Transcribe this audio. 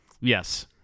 yes